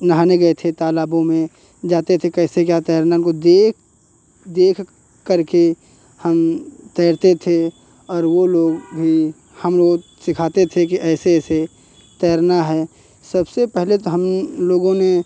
नहाने गए थे तालाबों में जाते थे कैसे क्या तैरना को देख देखकर के हम तैरते थे और वो लोग भी हम राेज सिखाते थे कि ऐसे ऐसे तैरना है सबसे पहले तो हम लोगों ने